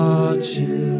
Watching